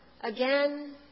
again